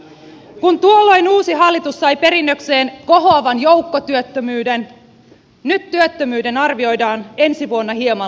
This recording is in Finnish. kun tuolloin uusi hallitus sai perinnökseen kohoavan joukkotyöttömyyden nyt työttömyyden arvioidaan ensi vuonna hieman laskevan